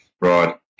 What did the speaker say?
Right